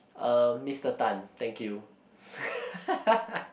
uh Mister Tan thank you